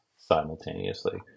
simultaneously